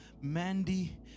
Mandy